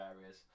areas